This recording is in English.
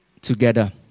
together